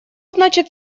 значит